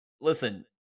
listen